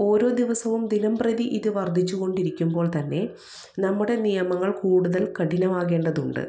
ഓരോ ദിവസവും ദിനം പ്രതി ഇത് വർദ്ധിച്ചുകൊണ്ടിരിക്കുമ്പോൾ തന്നെ നമ്മുടെ നിയമങ്ങൾ കൂടുതൽ കഠിനമാകേണ്ടതുണ്ട്